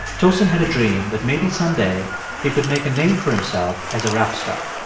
tosin had a dream that maybe someday he could make a name for himself as a rap star.